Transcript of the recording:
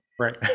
Right